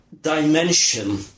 dimension